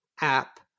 app